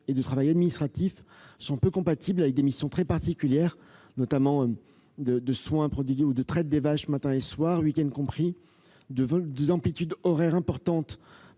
et du travail administratif sont peu compatibles avec des missions très particulières, notamment de soins prodigués ou de traite des vaches le matin et le soir, week-ends compris ; je pense aussi aux amplitudes horaires importantes